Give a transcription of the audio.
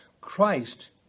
Christ